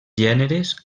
gèneres